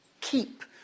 keep